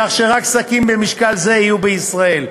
כך שרק שקים במשקל זה יהיו בישראל.